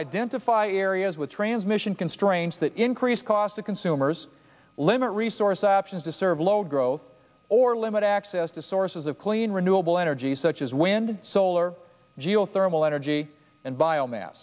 identify areas with transmission constraints that increase cost to consumers limit resource options to serve low growth or limit access to sources of clean renewable energy such as wind solar geothermal energy and b